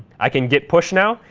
i can git push now.